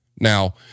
Now